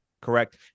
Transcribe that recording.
correct